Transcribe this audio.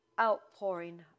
outpouring